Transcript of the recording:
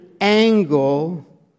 angle